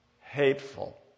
hateful